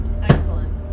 Excellent